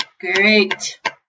Great